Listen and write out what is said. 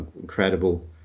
incredible